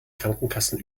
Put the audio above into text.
krankenkassen